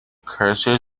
cursor